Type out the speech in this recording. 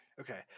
Okay